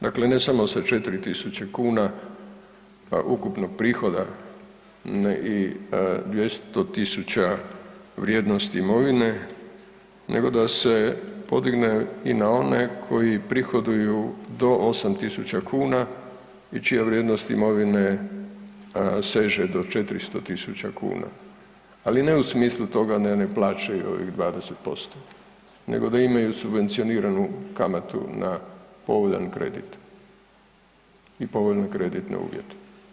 Dakle ne samo sa 4000 kn ukupnog prihoda i 200 0000 vrijednosti imovine, nego da se podigne i na one koji prihoduju do 8000 kn i čija vrijednosti imovine seže do 400 000 kn ali ne u smislu toga ne oni plaćaju onih 20% nego da imaju subvencioniranu kamatu na povoljan kredit i povoljne kreditne uvjete.